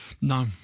No